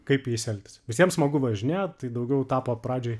kaip jais elgtis visiems smagu važinėt tai daugiau tapo pradžioj